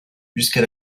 jusqu’à